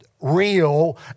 real